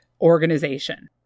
organization